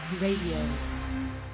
Radio